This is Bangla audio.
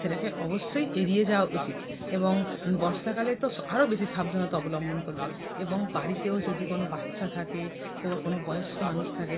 সেটাকে অবশ্যই এড়িয়ে যাওয়া উচিত এবং বর্ষাকালে তোস আরো বেশি সাবধানতা অবলম্বন করবে এবং বাড়িতেও যদি কোনো বাচ্চা থাকে ও বা কোনো বয়েস্ক মানুষ থাকে